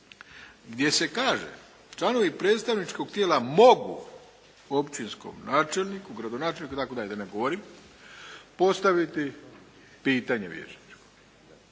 gdje se kaže, članovi predstavničkog tijela mogu općinskom načelniku, gradonačelniku, i tako dalje da ne govorim, postaviti pitanje vijećničko.